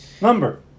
number